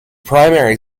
primary